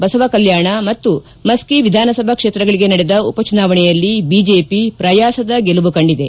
ಬಸವಕಲ್ಚಾಣ ಮತ್ತು ಮಸ್ತಿ ವಿಧಾನಸಭಾ ಕ್ಷೇತ್ರಗಳಿಗೆ ನಡೆದ ಉಪಚುನಾವಣೆಯಲ್ಲಿ ಬಿಜೆಪಿ ಪ್ರಯಾಸದ ಗೆಲುವು ಕಂಡಿದೆ